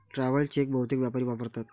travel cheque बहुतेक व्यापारी वापरतात